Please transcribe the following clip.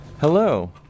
Hello